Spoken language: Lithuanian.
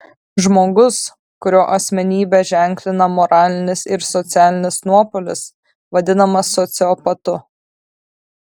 žmogus kurio asmenybę ženklina moralinis ir socialinis nuopolis vadinamas sociopatu